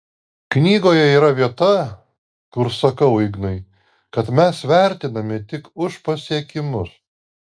knygoje yra vieta kur sakau ignui kad mes vertinami tik už pasiekimus